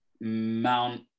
Mount